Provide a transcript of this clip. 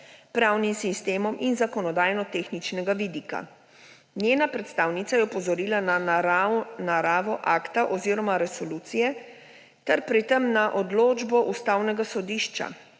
pravnim sistemom in zakonodajno-tehničnega vidika. Njena predstavnica je opozorila na naravo akta oziroma resolucije ter pri tem na odločbo Ustavnega sodišča,